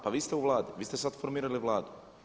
Pa vi ste u Vladi, vi ste sad formirali Vladu.